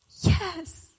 Yes